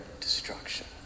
destruction